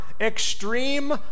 extreme